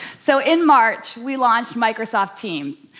so, in march we launched microsoft teams,